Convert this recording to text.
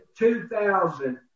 2,000